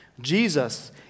Jesus